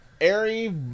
airy